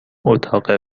اتاق